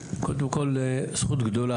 קודם כל זכות גדולה.